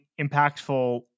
impactful